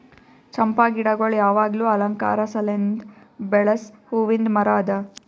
ಚಂಪಾ ಗಿಡಗೊಳ್ ಯಾವಾಗ್ಲೂ ಅಲಂಕಾರ ಸಲೆಂದ್ ಬೆಳಸ್ ಹೂವಿಂದ್ ಮರ ಅದಾ